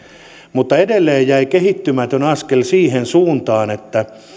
mutta edelleen jäi kehittymätön askel siihen suuntaan että